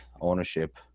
ownership